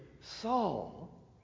Saul